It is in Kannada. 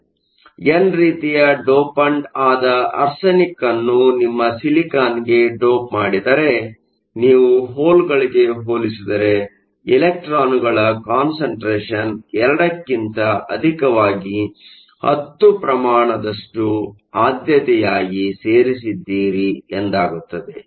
ಆದ್ದರಿಂದ ಎನ್ ರೀತಿಯ ಡೋಪಂಟ್ ಆದ ಆರ್ಸೆನಿಕ್ ಅನ್ನು ನಿಮ್ಮ ಸಿಲಿಕಾನ್ಗೆ ಡೋಪ್ ಮಾಡಿದರೆ ನೀವು ಹೋಲ್ಗಳಿಗೆ ಹೋಲಿಸಿದರೆ ಎಲೆಕ್ಟ್ರಾನ್ಗಳ ಕಾನ್ಸಂಟ್ರೇಷನ್ 2 ಕ್ಕಿಂತ ಅಧಿಕವಾಗಿ10 ಪ್ರಮಾಣದಷ್ಟು ಆದ್ಯತೆಯಾಗಿ ಸೇರಿಸಿದ್ದಿರಿ ಎಂದಾಗುತ್ತದೆ